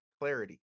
clarity